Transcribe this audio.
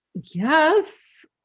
Yes